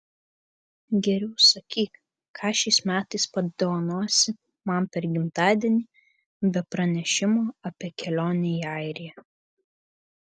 geriau sakyk ką šiais metais padovanosi man per gimtadienį be pranešimo apie kelionę į airiją